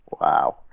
wow